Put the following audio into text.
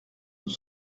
pour